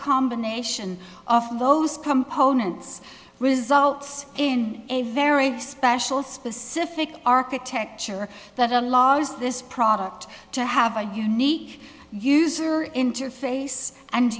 combination of both components results in a very special specific architecture that allows this product to have a unique user interface and